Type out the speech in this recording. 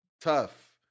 Tough